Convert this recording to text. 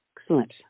Excellent